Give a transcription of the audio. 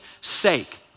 sake